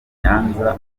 nyanza